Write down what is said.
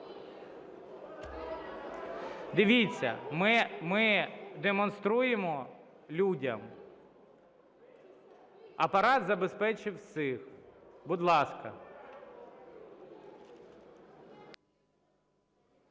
Дивіться, ми демонструємо людям. Апарат забезпечив всіх. Дякую всім.